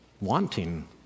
wanting